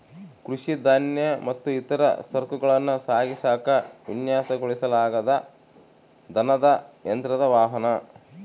ಕೃಷಿ ಧಾನ್ಯ ಮತ್ತು ಇತರ ಸರಕುಗಳನ್ನ ಸಾಗಿಸಾಕ ವಿನ್ಯಾಸಗೊಳಿಸಲಾದ ದನದ ಯಂತ್ರದ ವಾಹನ